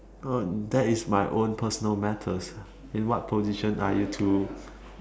oh that is my own personal matters in what position are you to